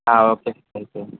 okay sir అయితే